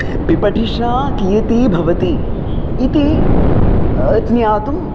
पिपठिषा कियती भवति इति ज्ञातुम्